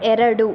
ಎರಡು